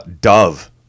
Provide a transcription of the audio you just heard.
Dove